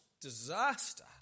disaster